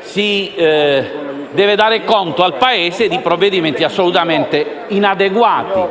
si deve dare conto al Paese di provvedimenti assolutamente inadeguati.